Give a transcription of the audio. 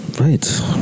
Right